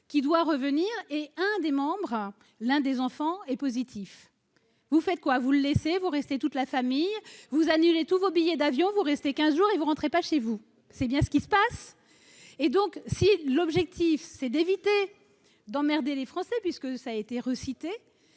qui doit revenir et un des membres, l'un des enfants est positif, vous faites quoi vous laissez-vous rester toute la famille vous annulez tous vos billets d'avion vous quinze jours et vous rentrez pas chez vous, c'est bien ce qui se passe et donc, si l'objectif c'est d'éviter d'emmerder les Français puisque ça été reciter